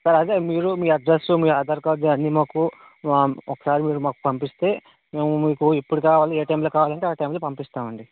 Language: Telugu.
సార్ అదే మీరు మీ అడ్రస్ మీ ఆధార్ కార్డు అన్నీ మాకు ఒకసారి మీరు మాకు పంపిస్తే మేము మీకు ఎప్పుడు కావాలి ఏ టైంలో కావాలి అంటే ఆ టైమ్లో పంపిస్తాం అండి